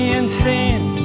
insane